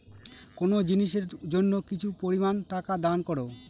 কোনো জিনিসের জন্য কিছু পরিমান টাকা দান করো